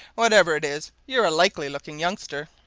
whatever it is, you're a likely-looking youngster!